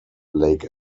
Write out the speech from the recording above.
lake